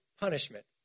punishment